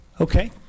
okay